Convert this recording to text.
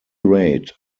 rate